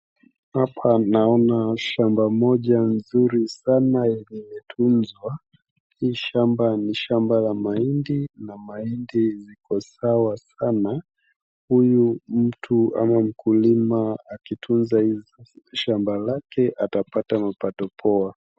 Hapa naona shamba moja nzuri sana yenye imetunzwa. Hii shamba ni shamba ya mahindi na mahindi ziko sawa sana. Huyu mtu ama mkulima akitunza shamba lake atapata mapato poa.